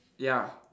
ya